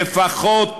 שלפחות